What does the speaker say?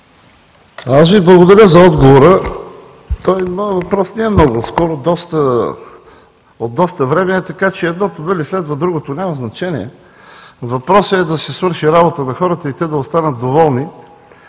Аз Ви благодаря за отговора. Моят въпрос не е от скоро. От доста време е, така че едното дали следва другото няма значение. Въпросът е да се свърши работа на хората и те да останат доволни.